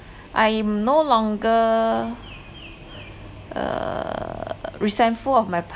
I'm no longer uh resentful of my